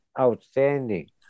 outstanding